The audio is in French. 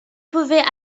pouvait